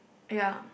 ya